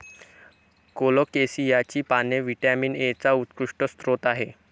कोलोकेसियाची पाने व्हिटॅमिन एचा उत्कृष्ट स्रोत आहेत